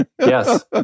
Yes